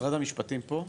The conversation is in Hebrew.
משרד המשפטים פה?